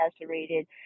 incarcerated